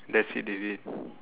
that's it already